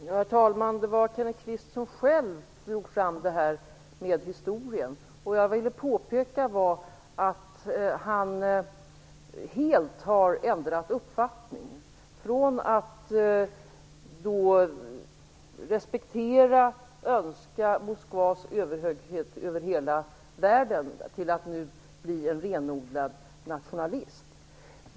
Herr talman! Det var Kenneth Kvist själv som drog fram historien. Vad jag ville påpeka var att han helt har ändrat uppfattning. Han har gått från att respektera och önska Moskvas överhöghet över hela världen till att bli en renodlad nationalist.